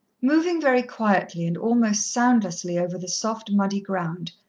moving very quietly and almost soundlessly over the soft muddy ground,